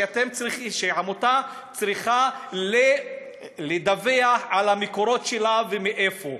שעמותה צריכה לדווח על המקורות שלה ומאיפה,